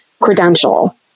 credential